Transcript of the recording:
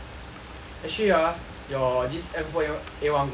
actually ah your this N four A A one good or not